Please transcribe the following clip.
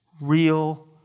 real